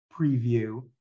preview